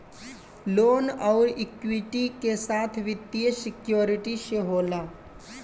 loan अउर equity के साथ वित्तीय सिक्योरिटी से होला